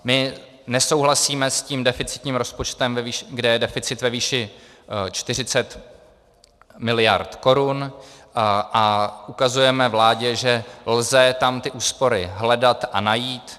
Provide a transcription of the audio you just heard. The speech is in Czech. My nesouhlasíme s tím deficitním rozpočtem, kde je deficit ve výši 40 miliard korun, a ukazujeme vládě, že lze tam ty úspory hledat a najít.